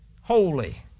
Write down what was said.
holy